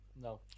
No